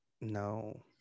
no